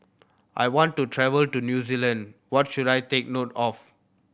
I want to travel to New Zealand What should I take note of